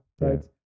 right